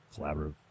collaborative